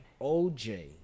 OJ